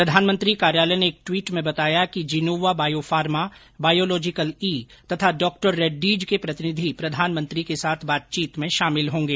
प्रधानमंत्री कार्यालय ने एक ट्वीट में बताया कि जिनोवा बायोफार्मा बायोलॉजिकल ई तथा डॉक्टर रेड्डीज के प्रतिनिधि प्रधानमंत्री के साथ बातचीत में शामिल होंगे